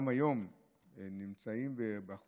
וגם היום נמצאים בו